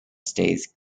stays